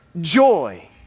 joy